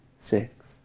six